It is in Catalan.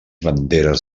banderes